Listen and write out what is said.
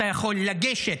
אתה יכול לגשת,